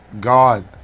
God